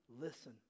listen